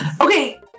Okay